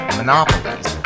monopolies